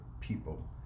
people